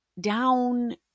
down